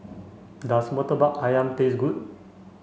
does Murtabak Ayam taste good